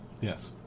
Yes